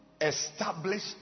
establish